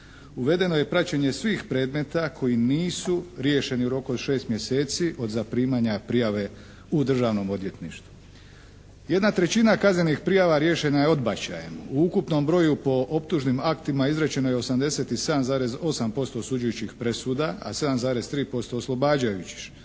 uvedeno je praćenje svih predmeta koji nisu riješeni u roku od šest mjeseci od zaprimanja prijave u Državnom odvjetništvu. Jedna trećina kaznenih prijava riješena je odbačajem. U ukupnom broju po optužnim aktima izrečeno je 87,8% osuđujućih presuda, a 7,3% oslobađajućih.